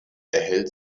erhält